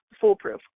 foolproof